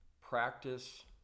practice